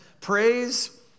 Praise